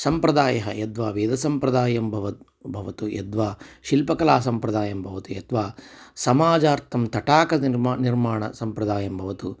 संप्रदायः यद्वा वेद संप्रदायं बव भवतु यद्वा शिल्पकला संप्रदायं भवतु यद्वा समाजार्थं तडागनिर्माणं निर्माण संप्रदायं भवतु